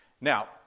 Now